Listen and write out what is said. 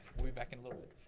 we'll be back in a little bit.